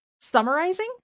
summarizing